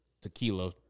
tequila